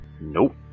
nope